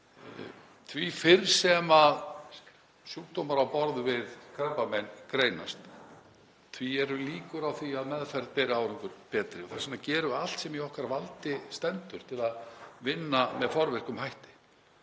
Því fyrr sem sjúkdómar á borð við krabbamein greinast, því meiri líkur á því að meðferð beri betri árangur. Þess vegna gerum við allt sem í okkar valdi stendur til að vinna með forvirkum hætti.